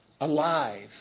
alive